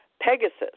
Pegasus